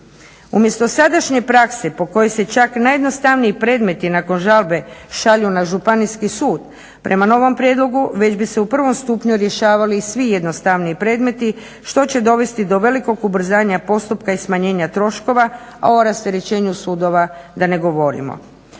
Umjesto sadašnje prakse po kojoj se čak najjednostavniji predmeti nakon žalbe šalju na Županijski sud prema novom prijedlogu već bi se u prvom stupnju rješavali svi jednostavniji predmeti što će dovesti do velikog ubrzanja postupka i smanjenja troškova a o rasterećenju sudova da ne govorimo.